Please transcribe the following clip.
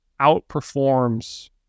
outperforms